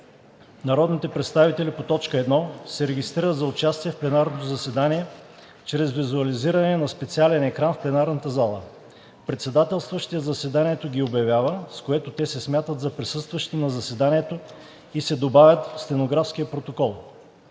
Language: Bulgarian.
Народните представители по т. 1 се регистрират за участие в пленарното заседание чрез визуализиране на специален екран в пленарната зала. Председателстващият заседанието ги обявява, с което те се смятат за присъстващи на заседанието, и се добавят в стенографския протокол.